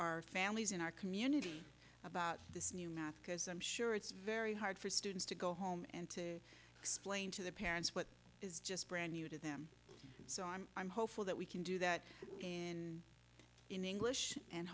our families in our community about this new math because i'm sure it's very hard for students to go home and to explain to their parents what is just brand new to them and so on i'm hopeful that we can do that in in english and